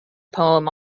poem